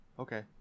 Okay